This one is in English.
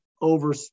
over